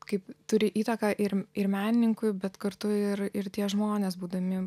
kaip turi įtaką ir ir menininkui bet kartu ir ir tie žmonės būdami